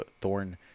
Thorn